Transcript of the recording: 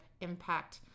Impact